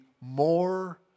more